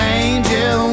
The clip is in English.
angel